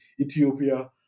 Ethiopia